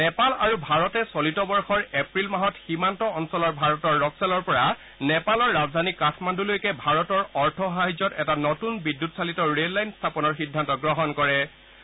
নেপাল আৰু ভাৰতে চলিত বৰ্ষৰ এপ্ৰিল মাহত সীমান্ত অঞ্চলৰ ভাৰতৰ ৰক্স'লৰ পৰা নেপালৰ ৰাজধানী কাঠমাণুলৈকে ভাৰতৰ অৰ্থ সাহায্যত এটা নতুন বৈদ্যুতিক ৰে'ল লাইন স্থাপনৰ সিদ্ধান্ত গ্ৰহণ কৰিছে